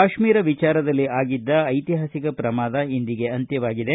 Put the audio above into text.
ಕಾಶ್ಮೀರ ವಿಚಾರದಲ್ಲಿ ಆಗಿದ್ದ ಐತಿಹಾಸಿಕ ಶ್ರಮಾದ ಇಂದಿಗೆ ಅಂತ್ಯವಾಗಿದೆ